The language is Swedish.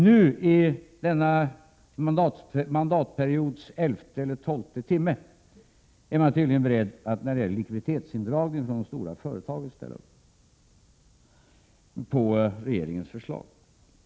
Nu, i denna mandatperiods elfte eller tolfte timme, är man tydligen beredd att ställa upp på regeringens förslag när det gäller likviditetsindragning från de stora företagen.